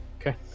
Okay